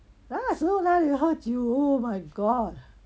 那时候哪里有喝酒 you my god